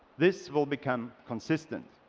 this will become consistent.